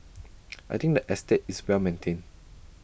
I think the estate is well maintained